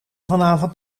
vanavond